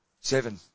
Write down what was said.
Seven